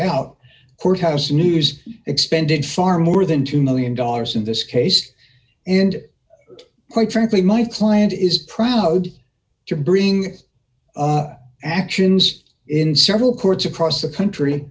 out courthouse news expended far more than two million dollars in this case and quite frankly my client is proud to bring actions in several courts across the country